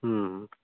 ହୁଁ ହୁଁ